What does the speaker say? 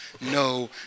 no